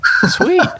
Sweet